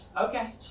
Okay